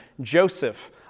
Joseph